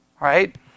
right